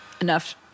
enough